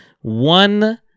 One